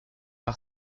par